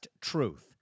Truth